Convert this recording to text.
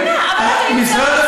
אני לא מבינה, אבל אתה יוצר מצב,